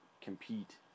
compete